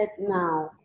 now